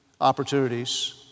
opportunities